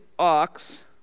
Ox